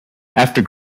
after